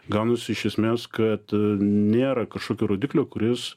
gaunasi iš esmės kad nėra kažkokio rodiklio kuris